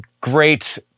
great